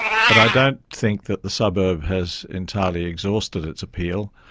but i don't think that the suburb has entirely exhausted its appeal.